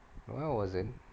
no I wasn't